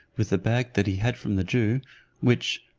with the bag that he had from the jew which,